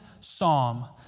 psalm